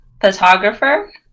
photographer